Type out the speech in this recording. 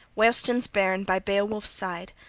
weohstan's bairn, by beowulf's side,